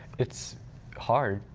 it's hard.